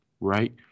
Right